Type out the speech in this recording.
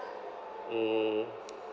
mm